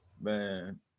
man